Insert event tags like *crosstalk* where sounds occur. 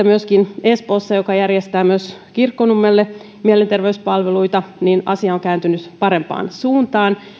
*unintelligible* myöskin espoossa joka järjestää myös kirkkonummelle mielenterveyspalveluita asia on kääntynyt parempaan suuntaan